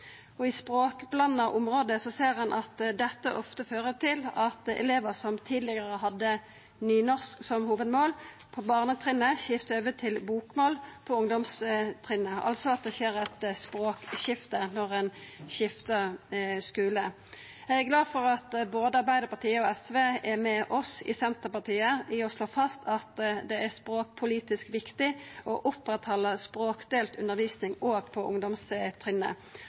I språkblanda område ser ein at dette ofte fører til at elevar som tidlegare hadde nynorsk som hovudmål på barnetrinnet, skiftar over til bokmål på ungdomstrinnet – altså at det skjer eit språkskifte når ein skiftar skule. Eg er glad for at både Arbeidarpartiet og SV er med oss i Senterpartiet i å slå fast at det er språkpolitisk viktig å halda oppe språkdelt undervisning òg på ungdomstrinnet.